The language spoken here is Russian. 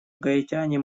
гаитяне